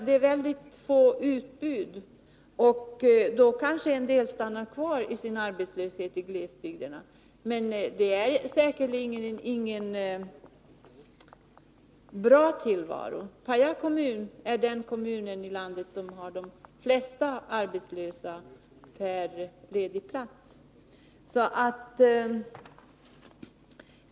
Det är väldigt få utbud, och då kanske en del stannar kvar i sin arbetslöshet i glesbygderna. Men det är säkerligen ingen bra tillvaro. Pajala kommun är den kommun som har de flesta arbetslösa per ledig plats.